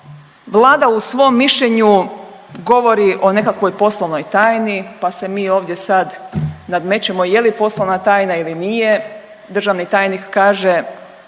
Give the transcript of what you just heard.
Vlada u svom mišljenju govori o nekakvoj poslovnoj tajni pa se mi ovdje sad nadmećemo je li poslovna tajna ili nije, državni tajnik kaže